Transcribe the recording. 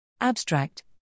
Abstract